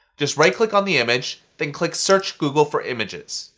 just right click on the image, then click search google for images.